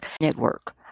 Network